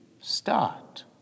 start